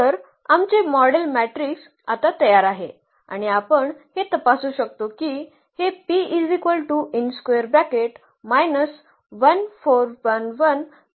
तर आमचे model matrix आता तयार आहे आणि आपण हे तपासू शकतो की हे कसे दिसते